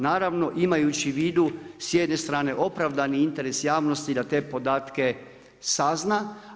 Naravno imajući u vidu s jedne strane, opravdani interes javnosti da te podatke sazna.